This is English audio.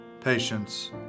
patience